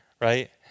Right